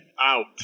out